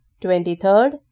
twenty-third